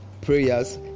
prayers